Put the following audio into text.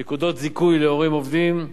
נקודות זיכוי להורים עובדים,